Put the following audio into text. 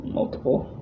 Multiple